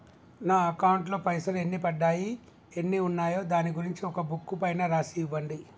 నా అకౌంట్ లో పైసలు ఎన్ని పడ్డాయి ఎన్ని ఉన్నాయో దాని గురించి ఒక బుక్కు పైన రాసి ఇవ్వండి?